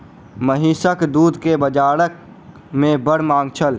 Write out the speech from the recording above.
महीसक दूध के बाजार में बड़ मांग छल